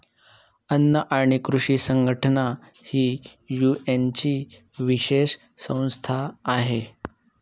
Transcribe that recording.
अन्न आणि कृषी संघटना ही युएनची विशेष संस्था आहे